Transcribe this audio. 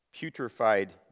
Putrefied